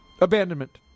Abandonment